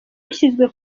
yashyizwe